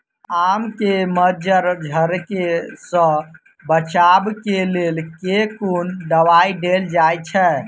आम केँ मंजर झरके सऽ बचाब केँ लेल केँ कुन दवाई देल जाएँ छैय?